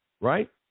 Right